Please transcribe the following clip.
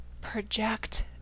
project